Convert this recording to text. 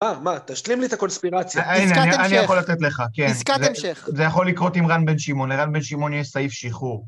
מה, מה, תשלים לי את הקונספירציה. פיסקת המשך, פיסקת המשך. אני יכול לתת לך, כן. זה יכול לקרות עם רן בן שמעון, לרן בן שמעון יש סעיף שחור.